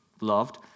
loved